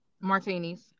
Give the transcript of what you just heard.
martinis